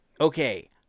Okay